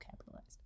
capitalized